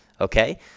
Okay